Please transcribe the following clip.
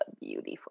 beautiful